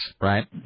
right